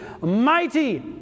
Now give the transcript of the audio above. mighty